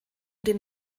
den